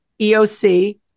EOC